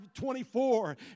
24